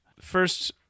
First